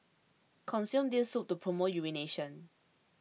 consume this soup to promote urination